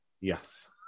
Yes